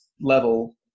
level